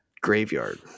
graveyard